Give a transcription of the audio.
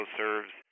serves